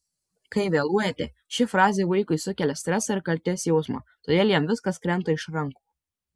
kai vėluojate ši frazė vaikui sukelia stresą ir kaltės jausmą todėl jam viskas krenta iš rankų